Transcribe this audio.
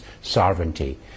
sovereignty